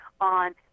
on